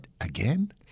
again